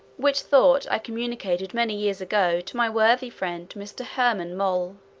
which thought i communicated many years ago to my worthy friend, mr. herman moll,